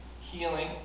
healing